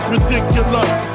Ridiculous